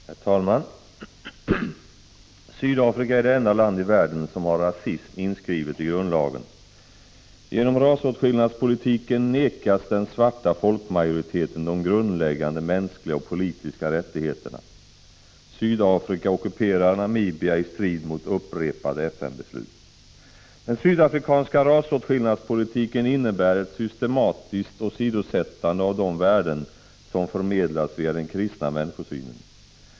Herr talman! Sydafrika är det enda land i världen som har rasism inskriven i grundlagen. Genom rasåtskillnadspolitiken vägras den svarta folkmajoriteten de grundläggande mänskliga och politiska rättigheterna. Sydafrika ockuperar Namibia i strid mot upprepade FN-beslut. Den sydafrikanska rasåtskillnadspolitiken innebär ett systematiskt åsidosättande av de värden som förmedlas via den kristna människosynen.